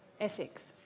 Ethics